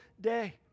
day